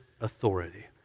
authority